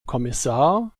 kommissar